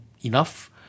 enough